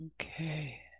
Okay